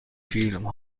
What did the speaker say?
فیلم